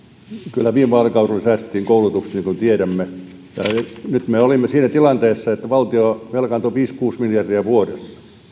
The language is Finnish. kyllä viime vaalikaudella säästettiin koulutuksesta niin kuin tiedämme me olimme siinä tilanteessa että valtio velkaantui viisi viiva kuusi miljardia vuodessa